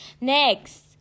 Next